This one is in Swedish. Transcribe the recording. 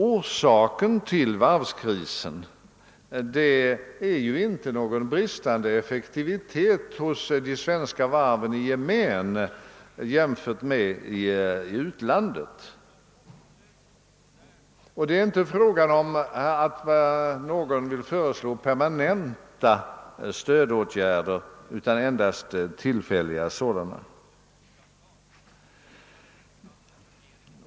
Orsaken till varvskrisen är inte någon bristande effektivitet hos de svenska varven i gemen jämfört med utlandet. Det är inte fråga om att någon vill föreslå permanenta stödåtgärder, utan det gäller tillfälliga sådana.